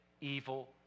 evil